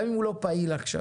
גם אם הוא לא פעיל עכשיו.